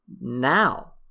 now